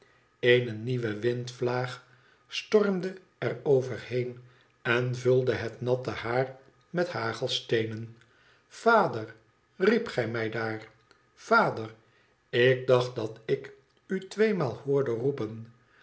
eene nieuwe windvlaag stormde er overheen en vulde het natte haar met hagelsteenen vader riept gif mij daar vader ik dacht dat ik u tweemaal hoorde roepen